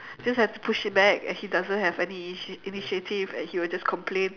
just have to push it back and he doesn't have any initia~ initiative and he will just complain